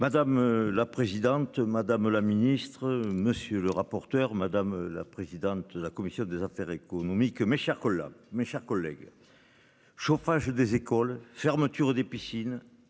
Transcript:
Madame la présidente, madame la ministre, monsieur le rapporteur, madame la présidente de la commission des affaires économiques. Mes chers collègues, mes chers collègues. Chauffage, des écoles, fermeture des piscines.